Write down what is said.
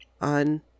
On